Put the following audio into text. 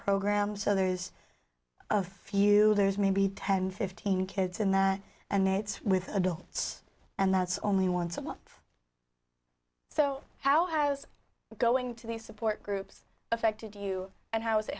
program so there's a few there's maybe ten fifteen kids in that and it's with adults and that's only once a month so how i was going to the support groups affected you and how i